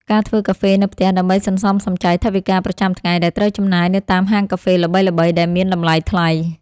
ការធ្វើកាហ្វេនៅផ្ទះដើម្បីសន្សំសំចៃថវិកាប្រចាំថ្ងៃដែលត្រូវចំណាយនៅតាមហាងកាហ្វេល្បីៗដែលមានតម្លៃថ្លៃ។